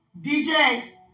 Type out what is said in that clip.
DJ